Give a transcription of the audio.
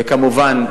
וכמובן,